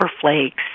flakes